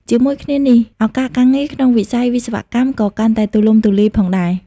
ជាមួយគ្នានេះ ឱកាសការងារក្នុងវិស័យវិស្វកម្មក៏កាន់តែទូលំទូលាយ ផងដែរ។